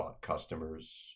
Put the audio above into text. customers